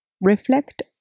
Reflect